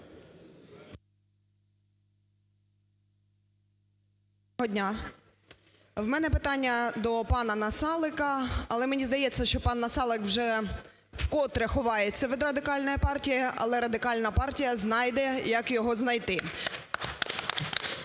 В мене питання до панаНасалика. Але мені здається, що пан Насалик вже вкотре ховається від Радикальної партії, але Радикальна партія знайде, як його знайти.